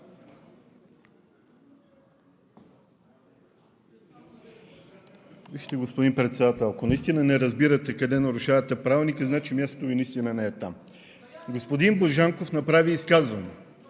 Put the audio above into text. (ДПС): Господин Председател, ако наистина не разбирате къде нарушавате Правилника, значи мястото Ви не е там. Господин Божанков направи изказване,